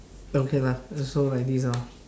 okay lah so like this ah